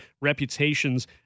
reputations